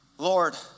Lord